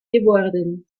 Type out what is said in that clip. geworden